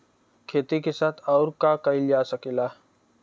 खेती के साथ अउर का कइल जा सकेला?